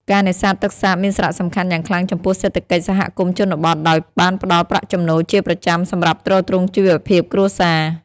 ការនេសាទទឹកសាបមានសារៈសំខាន់យ៉ាងខ្លាំងចំពោះសេដ្ឋកិច្ចសហគមន៍ជនបទ ដោយបានផ្ដល់ប្រាក់ចំណូលជាប្រចាំសម្រាប់ទ្រទ្រង់ជីវភាពគ្រួសារ។